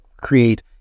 create